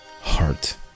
heart